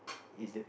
is that